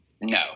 no